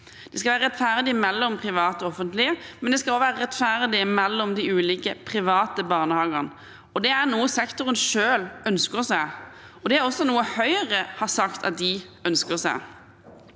Det skal være rettferdig mellom de private og offentlige, men det skal også være rettferdig mellom de ulike private barnehagene. Dette er noe sektoren selv ønsker seg, og også noe Høyre har sagt at de ønsker seg.